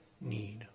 need